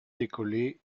décollé